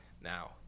now